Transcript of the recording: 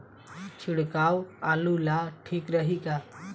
छिड़काव आलू ला ठीक रही का?